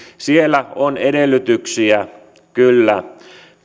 on edellytyksiä kyllä